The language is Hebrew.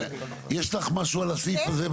יש לך משהו על הסעיף הזה?